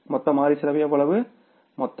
மொத்த மாறி செலவு எவ்வளவு மொத்தம்